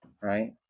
Right